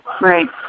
Right